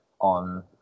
on